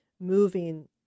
moving